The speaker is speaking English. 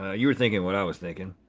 ah you were thinking what i was thinkin'.